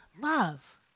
love